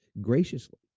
graciously